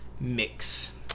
mix